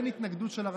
אין התנגדות של,